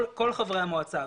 כל חברי המועצה.